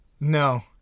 no